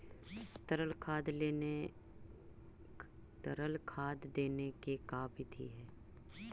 तरल खाद देने के का बिधि है?